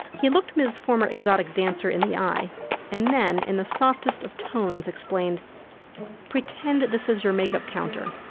he looked ms former exotic dancer in the eye and then in the softest of tones explained pretend that this is your makeup counter,